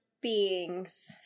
being's